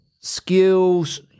skills